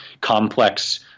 complex